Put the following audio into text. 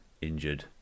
injured